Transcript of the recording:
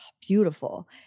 beautiful